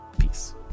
Peace